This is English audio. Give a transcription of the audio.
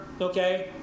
Okay